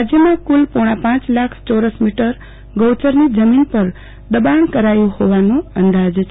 રાજ્યમાં પોણા પાંચ લાખ ચોરસમીટર ગૌચરની જમીન પર દબાણ કરાયુ હોવાનું અંદાજ છે